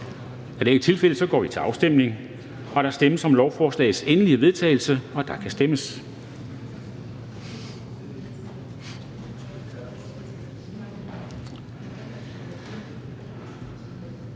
Dam Kristensen): Der stemmes om lovforslagets endelige vedtagelse, og der kan stemmes.